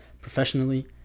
professionally